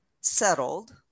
settled